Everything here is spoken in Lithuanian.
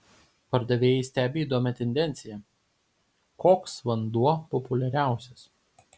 pardavėjai stebi įdomią tendenciją koks vanduo populiariausias